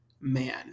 man